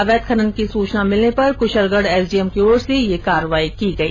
अवैध खनन की सूचना मिलने पर कुशलगढ़ एसडीएम की ओर से ये कार्रवाई की गई